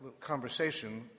conversation